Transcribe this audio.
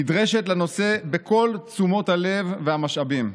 נדרשת לנושא בכל תשומות הלב והמשאבים.